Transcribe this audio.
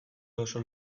oso